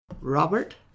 Robert